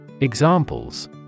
Examples